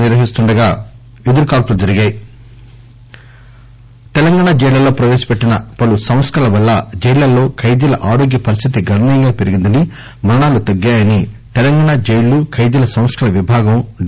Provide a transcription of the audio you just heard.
ప్రిసస్ః తెలంగాణ జైళ్ళలో ప్రవేశపెట్టిన పలు సంస్కరణల వల్ల జైళ్ళలో ఖైదీల ఆరోగ్య పరిస్దితి గణనీయంగా పెరిగిందని మరణాలు తగ్గాయని తెలంగాణ జైళ్లు ఖైదీల సంస్కరణల విభాగం డి